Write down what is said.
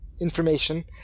information